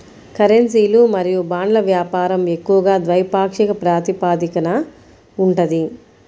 కరెన్సీలు మరియు బాండ్ల వ్యాపారం ఎక్కువగా ద్వైపాక్షిక ప్రాతిపదికన ఉంటది